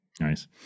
Nice